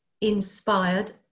inspired